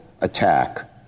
attack